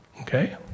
Okay